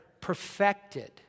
perfected